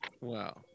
Wow